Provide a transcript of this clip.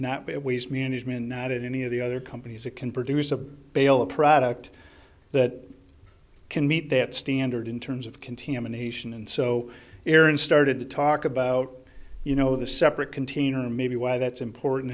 not be a waste management not any of the other companies that can produce a bale a product that can meet that standard in terms of contamination and so aaron started to talk about you know the separate container maybe why that's important